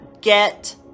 get